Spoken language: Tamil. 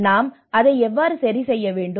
எனவே நாம் அதை எவ்வாறு சரிசெய்ய வேண்டும்